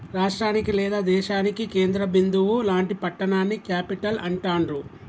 రాష్టానికి లేదా దేశానికి కేంద్ర బిందువు లాంటి పట్టణాన్ని క్యేపిటల్ అంటాండ్రు